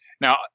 Now